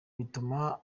bituma